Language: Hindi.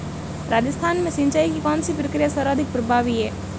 राजस्थान में सिंचाई की कौनसी प्रक्रिया सर्वाधिक प्रभावी है?